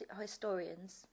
historians